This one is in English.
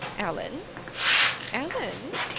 ellen ellen!